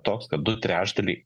toks kad du trečdaliai